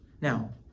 Now